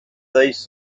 these